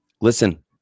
Listen